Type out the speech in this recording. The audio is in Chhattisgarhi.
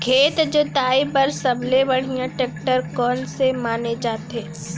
खेत जोताई बर सबले बढ़िया टेकटर कोन से माने जाथे?